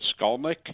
Skulnick